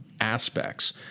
aspects